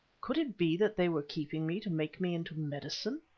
could it be that they were keeping me to make me into medicine?